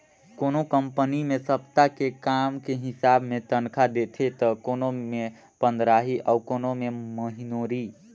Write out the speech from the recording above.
कोनो कंपनी मे सप्ता के काम के हिसाब मे तनखा देथे त कोनो मे पंदराही अउ कोनो मे महिनोरी